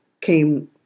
came